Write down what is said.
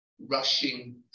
rushing